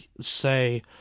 say